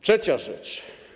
Trzecia rzecz.